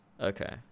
Okay